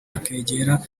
akegera